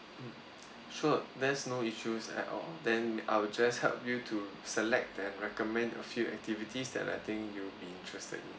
mm sure there's no issues at all then I will just help you to select and recommend a few activities that I think you'll be interested in